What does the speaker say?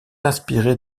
inspiré